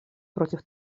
против